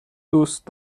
دوست